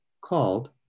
called